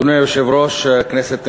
אדוני היושב-ראש, כנסת נכבדה,